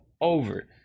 over